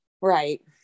Right